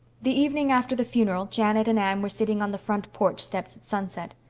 the evening after the funeral janet and anne were sitting on the front porch steps at sunset.